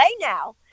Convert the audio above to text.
now